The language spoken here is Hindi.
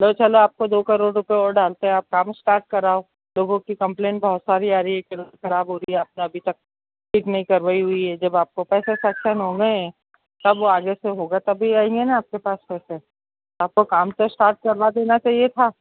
लो चलो आपको दो करोड़ रुपए और डालते है आप काम स्टार्ट कराओ लोगों की कम्पलेन बहुत सारी आ रही है कि रोड खराब हो रही है आपने अभी तक ठीक नहीं करवाई हुई है जब आपको पैसे सैंक्शन हो गए है आगे से होगा तभी आयेंगे न आपके पैसे तो आपको काम तो स्टार्ट करवा देना चाहिए था